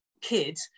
kid